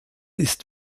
ist